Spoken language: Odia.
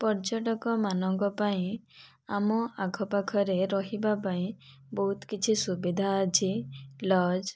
ପର୍ଯ୍ୟଟକମାନଙ୍କ ପାଇଁ ଆମ ଆଖପାଖରେ ରହିବା ପାଇଁ ବହୁତ କିଛି ସୁବିଧା ଅଛି ଲଜ୍